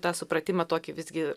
tą supratimą tokį visgi